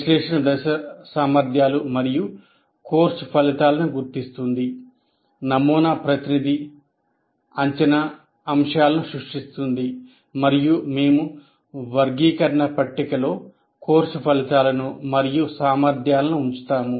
విశ్లేషణ దశ సామర్థ్యాలు మరియు కోర్సు ఫలితాలను గుర్తిస్తుంది నమూనా ప్రతినిధి అంచనా అంశాలను సృష్టిస్తుంది మరియు మేము వర్గీకరణ పట్టికలో కోర్సు ఫలితాలను మరియు సామర్థ్యాలను ఉంచుతాము